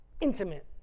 intimate